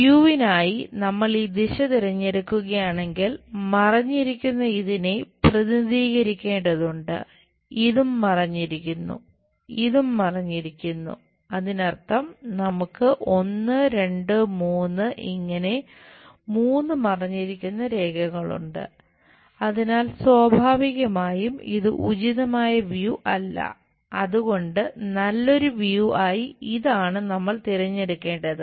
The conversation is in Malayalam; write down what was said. വ്യൂവിനായി ആയി ഇതാണ് നമ്മൾ തിരഞ്ഞെടുക്കേണ്ടത്